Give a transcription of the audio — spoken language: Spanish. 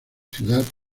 ciudad